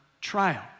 trial